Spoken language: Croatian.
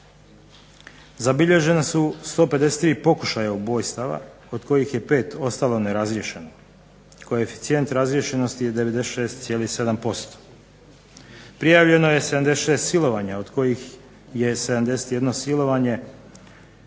Zabilježena su 153 pokušaja ubojstava, od kojih je 5 ostalo nerazriješeno. Koeficijent razriješenosti je 96,7%. Prijavljeno je 76 silovanja, od kojih je 71 silovanje